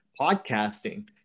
podcasting